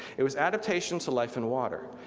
it was adaptation to life in water,